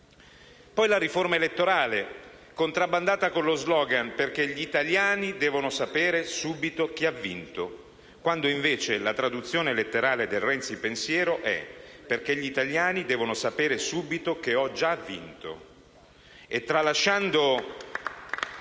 la riforma elettorale, contrabbandata con lo *slogan* «perché gli italiani devono sapere subito chi ha vinto», quando invece la traduzione letterale del Renzi-pensiero è: «perché gli italiani devono sapere subito che ho già vinto».